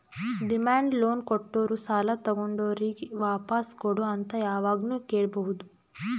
demand loan ಕೊಟ್ಟೋರು ಸಾಲ ತಗೊಂಡೋರಿಗ್ ವಾಪಾಸ್ ಕೊಡು ಅಂತ್ ಯಾವಾಗ್ನು ಕೇಳ್ಬಹುದ್